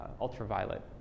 ultraviolet